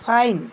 fine